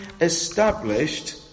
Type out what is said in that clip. established